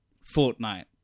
fortnight